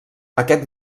aquest